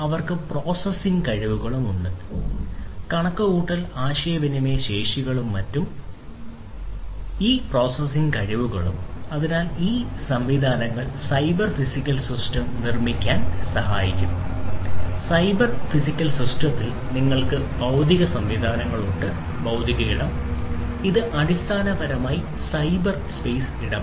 അവർക്ക് പ്രോസസ്സിംഗ് ഇടമാണ്